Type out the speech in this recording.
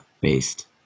based